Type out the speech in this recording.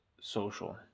social